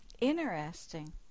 Interesting